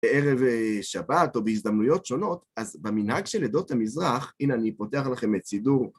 בערב שבת או בהזדמנויות שונות, אז במנהג של עדות המזרח, הנה אני פותח לכם את סידור.